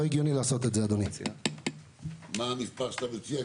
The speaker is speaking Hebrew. מה המספר שאתה מציע?